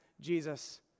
Jesus